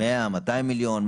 200-100 מיליון?